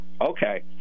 Okay